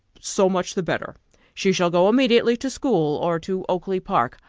so much the better she shall go immediately to school, or to oakly-park.